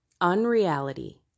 unreality